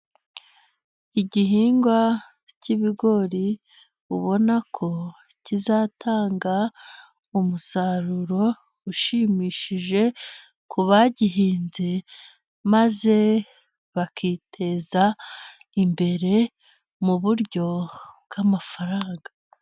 Igihingwa cy'ibigori, ubona ko kizatanga umusaruro ushimishije ku bagihinze, maze bakiteza imbere mu buryo bw'amafaranga.